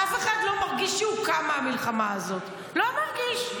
אף אחד לא מרגיש שהוא קם מהמלחמה הזאת, לא מרגיש.